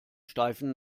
steifen